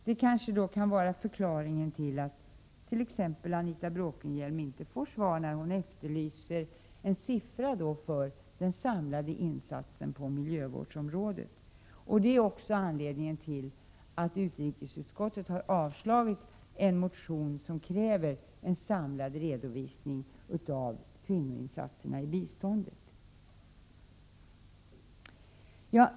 Det kanske kan vara förklaringen till att t.ex. Anita Bråkenhielm inte får svar när hon efterlyser en siffra för den samlade insatsen på miljövårdsområdet, och det är också anledningen till att utrikesutskottet har avstyrkt en motion som kräver en samlad redovisning av kvinnoinsatserna i biståndet.